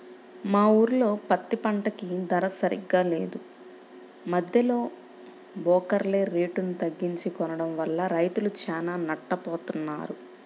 మా ఊర్లో పత్తి పంటకి ధర సరిగ్గా లేదు, మద్దెలో బోకర్లే రేటుని తగ్గించి కొనడం వల్ల రైతులు చానా నట్టపోతన్నారు